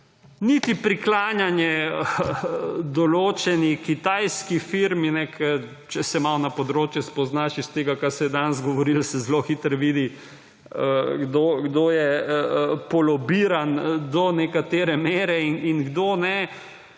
niti priklanjanje določeni kitajski firmi, ker če se malo na področje spoznaš, iz tega, kar se je danes govorilo, se zelo hitro vidi, kdo je polobiran do neke mere in kdo ne.